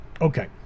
okay